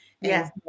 Yes